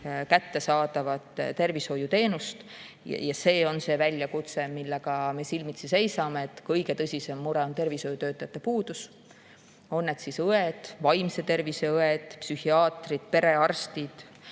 kättesaadavat tervishoiuteenust. See on väljakutse, millega me silmitsi seisame. Kõige tõsisem mure on tervishoiutöötajate puudus, on need õed, vaimse tervise õed, psühhiaatrid, perearstid